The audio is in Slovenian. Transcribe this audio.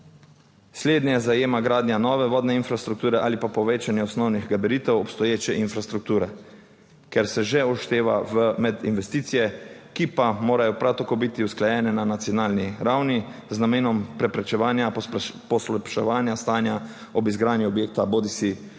Slednje zajema gradnja nove vodne infrastrukture ali pa povečanje osnovnih gabaritov obstoječe infrastrukture, ker se že všteva v med investicije, ki pa morajo prav tako biti usklajene na nacionalni ravni z namenom preprečevanja poslabševanja stanja ob izgradnji objekta bodisi gor